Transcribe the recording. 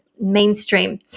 mainstream